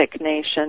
Nation